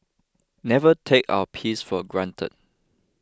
never take our peace for granted